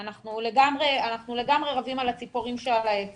יוסף, אנחנו לגמרי רבים על הציפורים שעל העץ